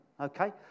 okay